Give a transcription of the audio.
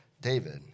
David